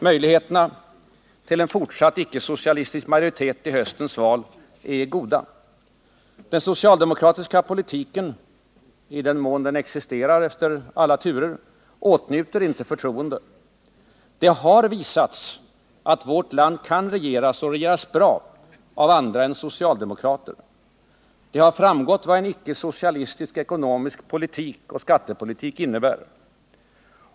Möjligheterna till en fortsatt icke-socialistisk majoritet i höstens val är goda. Den socialdemokratiska politiken — i den mån den existerar efter alla turer — åtnjuter inte förtroende. Det har visats att vårt land kan regeras — och regeras bra — av andra än socialdemokrater. Det har framgått vad en icke-socialistisk ekonomisk politik och skattepolitik innebär.